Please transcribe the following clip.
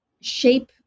shape